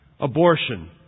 abortion